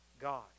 God